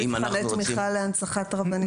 אני אפילו אגיד שיש מפעלי תמיכה להנצחת רבנים ראשיים,